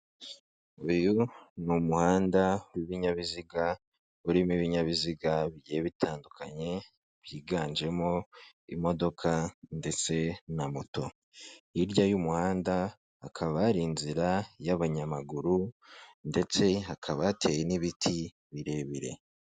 Uyu ni umuhanda w'ibinyabiziga urimo ibinyabiziga bi bitandukanye, byiganjemo imodoka ndetse na moto. Hirya y'umuhanda hakaba hari inzira y'abanyamaguru ndetse hakaba hateye n'ibiti birebire.